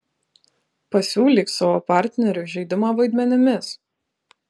pasiūlyk savo partneriui žaidimą vaidmenimis